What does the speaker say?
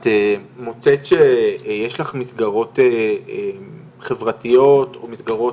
את מוצאת שיש לך מסגרות חברתיות או מסגרות